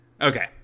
okay